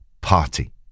Party